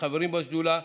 שחברים בשדולה.